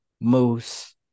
Moose